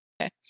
Okay